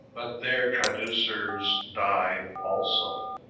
but their traducers died also.